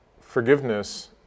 forgiveness